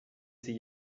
sie